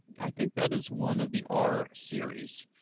i think that is one of the r series,